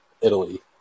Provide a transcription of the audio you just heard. Italy